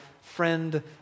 friend